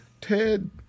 Ted